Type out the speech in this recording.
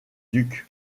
duc